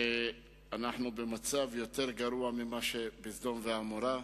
שאנחנו במצב יותר גרוע ממה שבסדום ועמורה.